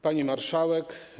Pani Marszałek!